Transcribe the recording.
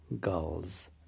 gulls